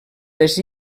les